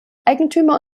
eigentümer